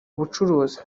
ubucuruzi